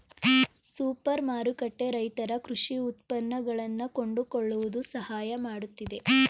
super ಮಾರುಕಟ್ಟೆ ರೈತರ ಕೃಷಿ ಉತ್ಪನ್ನಗಳನ್ನಾ ಕೊಂಡುಕೊಳ್ಳುವುದು ಸಹಾಯ ಮಾಡುತ್ತಿದೆ